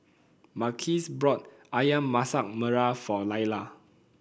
Marquise brought ayam Masak Merah for Lailah